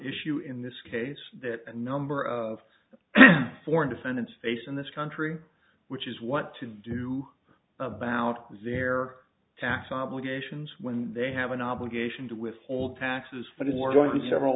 issue in this case that a number of foreign defendants face in this country which is what to do about zir tax obligations when they have an obligation to withhold taxes for the war going to several